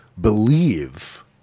believe